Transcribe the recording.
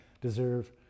deserve